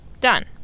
Done